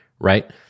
right